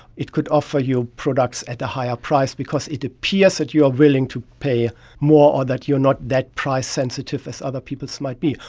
it could offer you products at a higher price because it appears that you are willing to pay more or that you are not that price sensitive as other people might be.